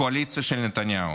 הקואליציה של נתניהו.